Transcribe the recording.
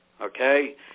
okay